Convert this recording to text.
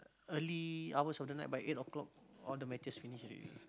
early hours of the night by eight o-clock all the matches finish already